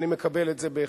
אני מקבל את זה בהחלט.